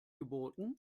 geboten